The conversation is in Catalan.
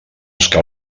que